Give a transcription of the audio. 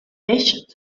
peix